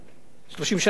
30 שנה הגיעו מהר מדי,